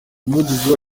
umuvugizi